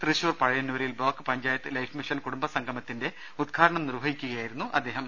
തൃശൂർ പഴയന്നൂരിൽ block panchayat life mission കുടുംബസംഗമത്തിന്റെ ഉദ്ഘാടനം നിർവഹിച്ച് സംസാരിക്കുകയാ യിരുന്നു അദ്ദേഹം